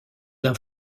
d’un